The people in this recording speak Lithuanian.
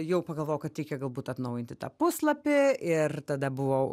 jau pagalvojau kad reikia galbūt atnaujinti tą puslapį ir tada buvau